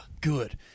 good